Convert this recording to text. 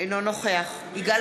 אינו נוכח יגאל